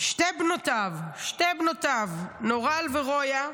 שתי בנותיו, נורל ורויה,